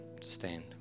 stand